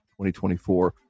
2024